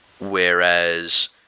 Whereas